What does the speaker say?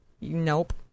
Nope